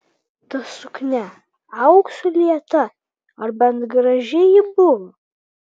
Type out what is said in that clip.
ta suknia auksu lieta ar bent graži ji buvo